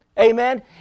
Amen